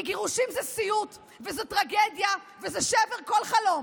כי גירושים זה סיוט וזו טרגדיה וזה שבר כל חלום,